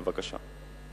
בבקשה.